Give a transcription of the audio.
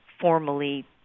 formally